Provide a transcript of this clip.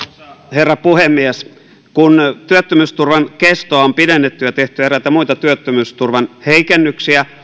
herra puhemies kun työttömyysturvan kestoa on pidennetty ja tehty eräitä muita työttömyysturvan heikennyksiä